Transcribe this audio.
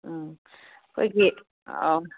ꯎꯝ ꯑꯩꯈꯣꯏꯒꯤ ꯑꯧ